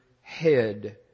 head